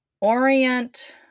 orient